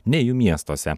nei jų miestuose